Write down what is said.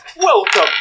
welcome